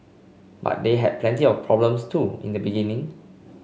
but they had plenty of problems too in the beginning